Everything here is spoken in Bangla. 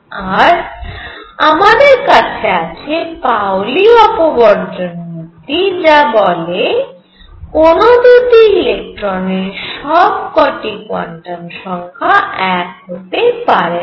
আর আমাদের কাছে আছে পাওলি অপবর্জন নীতি যা বলে কোন দুটি ইলেকট্রনের সব কটি কোয়ান্টাম সংখ্যা এক হতে পারেনা